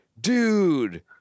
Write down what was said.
dude